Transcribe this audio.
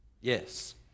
Yes